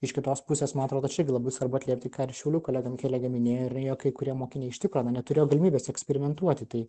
iš kitos pusės man atrodo čia irgi labai svarbu atliepti ką ir šiaulių kolega kolegė minėjo jog kai kurie mokiniai iš tikro na neturėjo galimybės eksperimentuoti tai